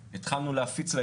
לא כולל בוקר וערב בתוספות.